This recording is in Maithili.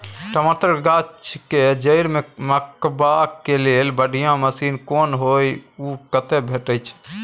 टमाटर के गाछ के जईर में कमबा के लेल बढ़िया मसीन कोन होय है उ कतय भेटय छै?